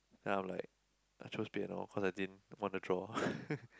then I'm like I choose piano cause I didn't want to draw